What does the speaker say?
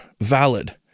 valid